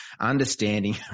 understanding